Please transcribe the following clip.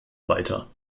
weiter